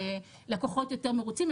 לקוחות יותר מרוצים.